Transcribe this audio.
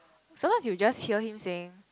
sometimes you just hear him saying